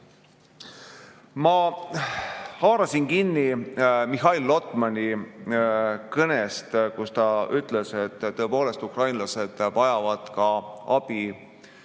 haarasin kinni Mihhail Lotmani kõnest, kus ta ütles, et tõepoolest, ukrainlased vajavad abi